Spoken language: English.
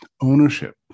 ownership